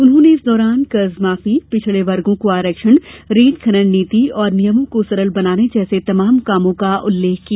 उन्होंने इस दौरान कर्ज माफी पिछड़े वर्गों को आरक्षण रेत खनन नीति और नियमों को सरल बनाने जैसे तमाम कामों का उल्लेख किया